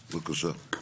בבקשה.